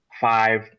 five